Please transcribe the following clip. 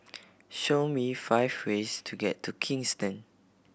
show me five ways to get to Kingston